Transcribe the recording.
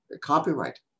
copyright